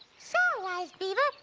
so, wise beaver,